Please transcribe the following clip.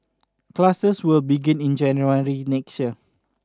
classes will begin in January next year